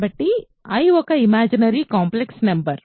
కాబట్టి i ఒక imaginary complex number